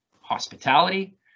hospitality